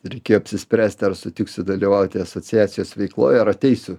reikėjo apsispręsti ar sutiksiu dalyvauti asociacijos veikloj ar ateisiu